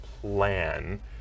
plan